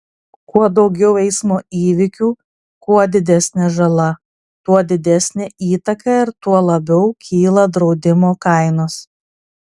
kuo daugiau eismo įvykių kuo didesnė žala tuo didesnė įtaka ir tuo labiau kyla draudimo kainos